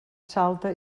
salta